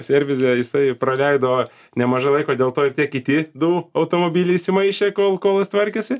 servise jisai praleido nemažai laiko dėl to ir tie kiti du automobiliai įsimaišė kol kol jis tvarkėsi